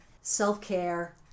self-care